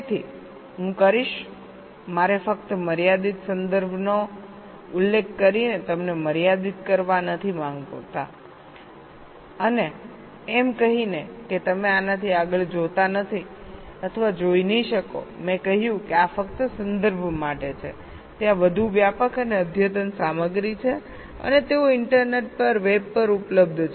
તેથી હું કરીશમારે ફક્ત મર્યાદિત સંદર્ભનો ઉલ્લેખ કરીને તમને મર્યાદિત કરવા નથી માંગતા અને એમ કહીને કે તમે આનાથી આગળ જોતા નથી મેં કહ્યું કે આ ફક્ત સંદર્ભ માટે છે ત્યાં વધુ વ્યાપક અને અદ્યતન સામગ્રી છે અને તેઓ ઇન્ટરનેટ પર વેબ પર ઉપલબ્ધ છે